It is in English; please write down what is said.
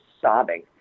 sobbing